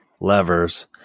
Levers